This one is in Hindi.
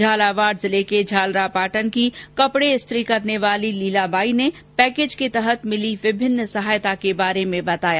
झालावाड़ जिले के झालरापाटन की कपड़े इस्त्री करने वाली लीला बाई ने पैकेज के तहत मिली विभिन्न सहायता के बारे में बताया